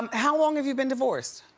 how long have you been divorced?